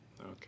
Okay